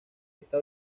esta